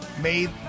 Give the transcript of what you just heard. made